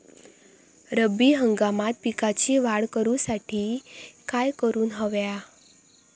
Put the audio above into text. रब्बी हंगामात पिकांची वाढ करूसाठी काय करून हव्या?